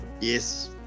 yes